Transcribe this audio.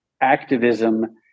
activism